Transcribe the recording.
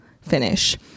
finish